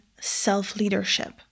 self-leadership